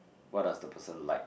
what does the person like